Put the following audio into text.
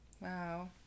Wow